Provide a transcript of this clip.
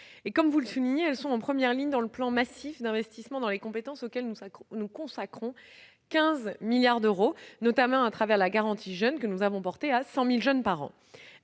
Comme vous l'avez souligné, elles sont en première ligne dans le plan massif d'investissement dans les compétences auquel nous consacrons 15 milliards d'euros, notamment au travers de la garantie jeunes, qui bénéficie désormais à 100 000 jeunes par an.